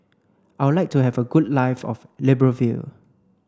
I would like to have a good live of Libreville